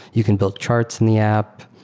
you can build charts in the app.